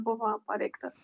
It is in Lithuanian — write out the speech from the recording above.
buvo paveiktas